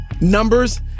numbers